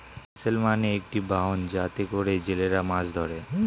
vessel মানে একটি বাহন যাতে করে জেলেরা মাছ ধরে